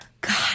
God